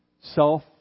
Self